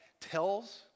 tells